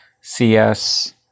CS